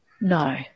No